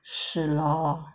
是 lor